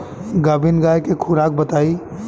गाभिन गाय के खुराक बताई?